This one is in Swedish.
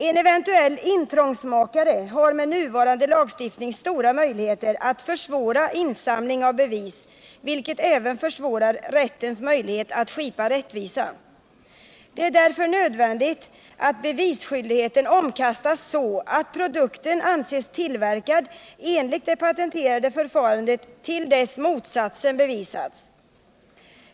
En eventuell intrångsmakare har med nuvarande lagstiftning stora möjligheter att försvåra insamling av bevis, vilket även minskar rättens möjlighet att skipa rättvisa. Det är därför nödvändigt att bevisskyldigheten omkastas så att produkten anses tillverkad enligt det patenterade förfarandet till dess motsatsen bevisas.